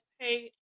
pay